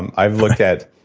and i've looked at.